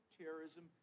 terrorism